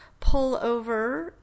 pullover